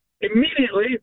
immediately